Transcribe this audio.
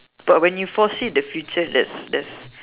but when you foresee the future there's there's